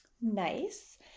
Nice